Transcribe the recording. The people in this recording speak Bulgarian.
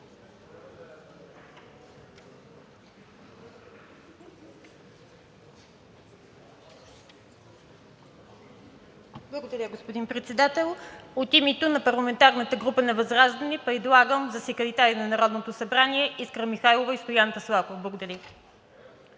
Благодаря, господин Председател. От името на парламентарната група на ВЪЗРАЖДАНЕ предлагам за секретари на Народното събрание Искра Михайлова и Стоян Таслаков. Благодаря